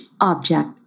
object